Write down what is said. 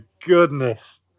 goodness